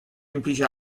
implij